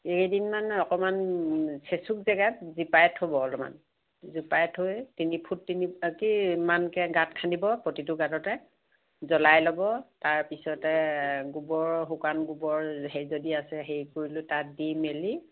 এই কেইদিনমান অকণমান চেঁচুক জেগাত জীপাই থ'ব অলপমান জীপাই থৈ তিনিফুট তিনি কি ইমানকৈ গাঁত খানিব প্ৰতিটো গাঁততে জ্বলাই ল'ব তাৰপিছতে গোবৰ শুকান গোবৰ সেই যদি আছে সেই কৰি লৈ তাত দি মেলি